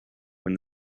when